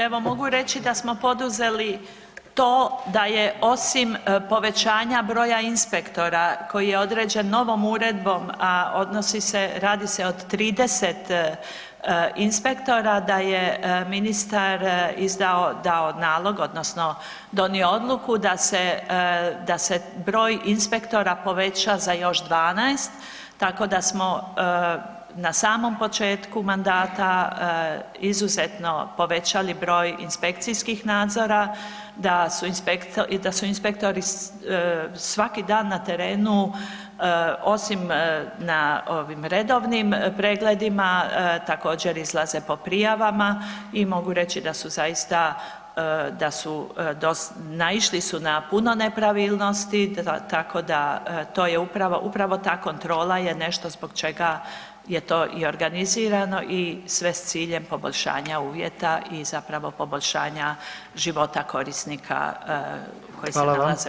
Evo mogu reći da smo poduzeli to da je osim povećanja broja inspektora koji je određen novom uredbom, a odnosi se, radi se od 30 inspektora da je ministar izdao, dao nalog odnosno donio odluku da se, da se broj inspektora poveća za još 12 tako da smo na samom početku mandata izuzetno povećali broj inspekcijskih nadzora, da su inspektori svaki dan na terenu, osim na ovim redovnim pregledima, također izlaze po prijavama i mogu reći da su zaista, da su, naišli su na puno nepravilnosti, tako da to je upravo, upravo ta kontrola je nešto zbog čega je to i organizirano i sve s ciljem poboljšanja uvjeta i zapravo poboljšanja života korisnika koji [[Upadica: Hvala vam]] se nalaze u ustanovama.